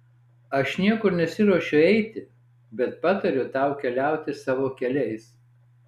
aš niekur nesiruošiu eiti bet patariu tau keliauti savo keliais